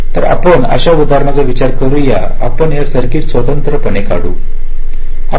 तर आपण अशा उदाहरणाचा विचार करूया आपण हे सर्किट स्वतंत्रपणे काढू या